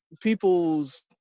people's